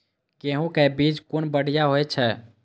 गैहू कै बीज कुन बढ़िया होय छै?